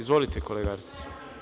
Izvolite kolega Arsiću.